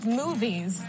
movies